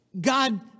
God